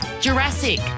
Jurassic